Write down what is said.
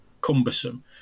cumbersome